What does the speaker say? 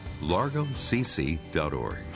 largocc.org